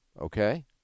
Okay